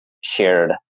shared